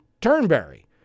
Turnberry